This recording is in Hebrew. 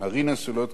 מיכאל בן-ארי,